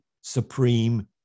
supreme